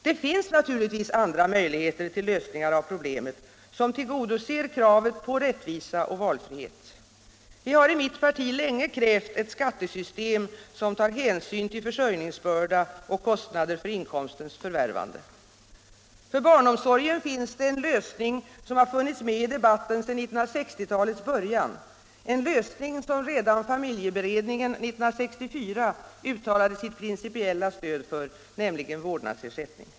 Det finns naturligtvis andra möjligheter till lösningar av problemet, som tillgodoser kravet på rättvisa och valfrihet. Vi har i mitt parti länge krävt ett skattesystem som tar hänsyn till försörjningsbördan och kostnader för inkomstens förvärvande. För barnomsorgen finns det en lösning, som har funnits med i debatten sedan 1960-talets början, en lösning som redan familjeberedningen 1964 uttalade sitt principiella stöd för, nämligen vårdnadsersättning.